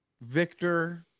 Victor